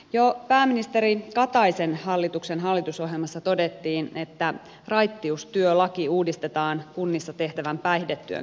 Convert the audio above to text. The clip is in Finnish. jo pääministeri kataisen hallituksen hallitusohjelmassa todettiin että raittiustyölaki uudistetaan kunnissa tehtävän päihdetyön kehittämiseksi